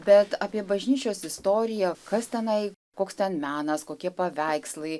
bet apie bažnyčios istoriją kas tenai koks ten menas kokie paveikslai